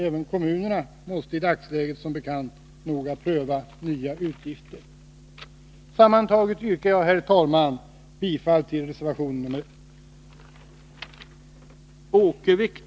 Även kommunerna måste i dagens läge, som bekant, noga pröva nya utgifter. Sammantaget yrkar jag, herr talman, bifall till reservation 1.